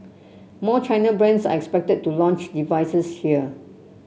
more China brands are expected to launch devices here